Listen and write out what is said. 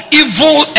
evil